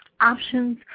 Options